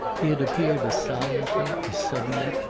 he had appeared as silently, as suddenly,